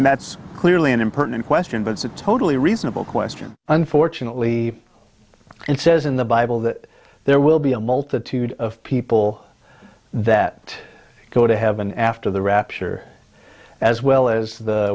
's clearly an impertinent question but it's a totally reasonable question unfortunately it says in the bible that there will be a multitude of people that go to heaven after the rapture as well as the